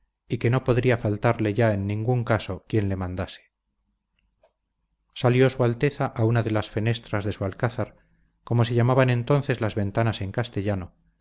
y que no podría faltarle ya en ningún caso quien le mandase salió su alteza a una de las fenestras de su alcázar como se llamaban entonces las ventanas en castellano